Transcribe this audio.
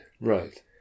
right